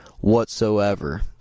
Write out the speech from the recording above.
whatsoever